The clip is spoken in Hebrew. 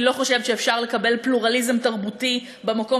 אני לא חושבת שאפשר לקבל פלורליזם תרבותי במקום